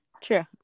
true